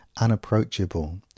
unapproachable